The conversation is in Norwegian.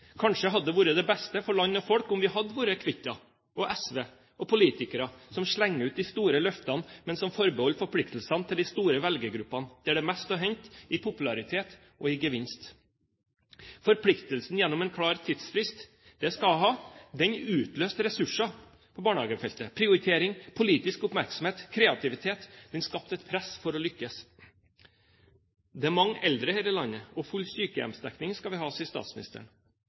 folk om vi hadde blitt kvitt henne, SV og politikere som slenger ut de store løftene, men som forbeholder forpliktelsen til de store velgergruppene, der det er mest å hente i popularitet og i gevinst. Forpliktelsen gjennom en klar tidsfrist – det skal hun ha – utløste ressurser på barnehagefeltet. Prioritering, politisk oppmerksomhet og kreativitet skapte et press for å lykkes. Det er mange eldre her i landet, og full sykehjemsdekning skal vi ha innen 2015, sier statsministeren.